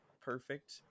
perfect